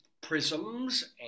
prisms